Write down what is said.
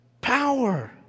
power